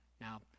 now